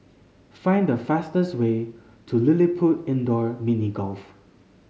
find the fastest way to LilliPutt Indoor Mini Golf